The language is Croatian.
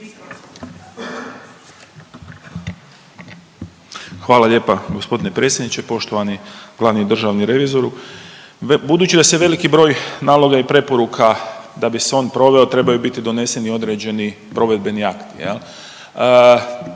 Hvala lijepa gospodine predsjedniče, poštovani glavni državni revizoru. Budući da se veliki broj naloga i preporuka da bi se on proveo trebaju biti doneseni i određeni provedbeni akti.